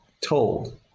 told